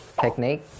Technique